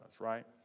right